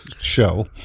show